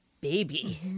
baby